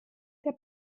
der